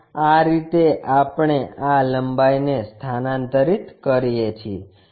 આ રીતે આપણે આ લંબાઈને સ્થાનાંતરિત કરીએ છીએ